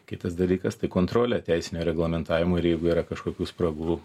kitas dalykas tai kontrolę teisinio reglamentavimo ir jeigu yra kažkokių spragų